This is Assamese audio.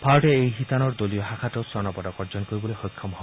ভাৰতে এই শিতানৰ দলীয় শাখাতো স্বৰ্ণ পদক অৰ্জন কৰিবলৈ সক্ষম হয়